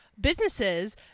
Businesses